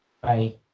Bye